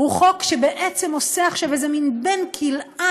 הוא חוק שבעצם עושה עכשיו איזה מין בן כלאיים,